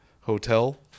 Hotel